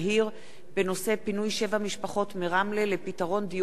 פינוי שבע משפחות מרמלה לפתרון דיור חלופי,